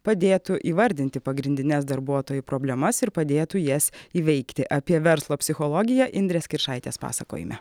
padėtų įvardinti pagrindines darbuotojų problemas ir padėtų jas įveikti apie verslo psichologiją indrės kiršaitės pasakojime